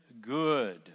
good